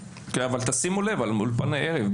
שימו לב על אולפני ערב.